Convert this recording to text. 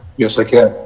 yes i can?